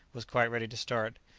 was quite ready to start.